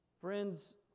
Friends